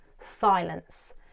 silence